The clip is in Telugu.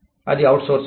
అది అవుట్సోర్సింగ్